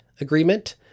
agreement